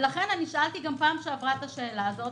לכן שאלתי גם בפעם שעברה את השאלה הזאת,